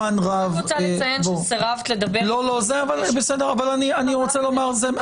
רוצה לציין שסירבת לדבר איתי או להיפגש איתי.